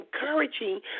encouraging